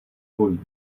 bolí